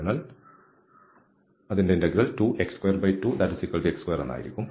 അതിനാൽ അതിൻറെ integral 2x22x2 ആയിരിക്കും